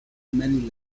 many